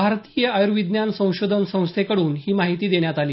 भारतीय आयर्विज्ञान संशोधन संस्थेकडून ही माहिती देण्यात आली